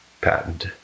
patent